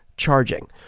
charging